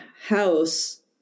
house